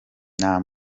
nta